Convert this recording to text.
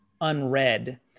unread